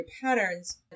patterns